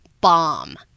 bomb